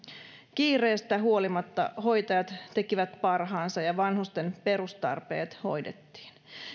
kiireestä huolimatta hoitajat tekivät parhaansa ja vanhusten perustarpeet hoidettiin